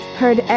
heard